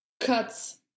cuts